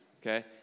okay